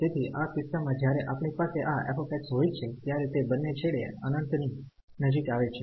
તેથી આ કિસ્સામાં જ્યારે આપણી પાસે આ f હોય છે ત્યારે તે બંને છેડે અનંતની નજીક આવે છે